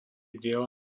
diela